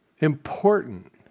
important